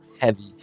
heavy